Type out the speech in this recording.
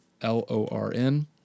L-O-R-N